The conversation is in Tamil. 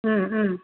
ம் ம்